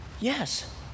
Yes